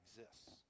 exists